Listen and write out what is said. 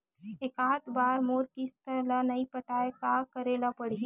एकात बार मोर किस्त ला नई पटाय का करे ला पड़ही?